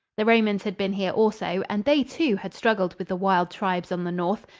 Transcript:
the romans had been here also, and they, too, had struggled with the wild tribes on the north,